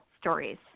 stories